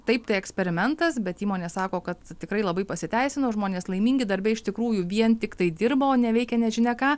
taip tai eksperimentas bet įmonė sako kad tikrai labai pasiteisino žmonės laimingi darbe iš tikrųjų vien tiktai dirba o ne veikia nežinia ką